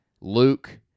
Luke